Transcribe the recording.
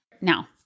Now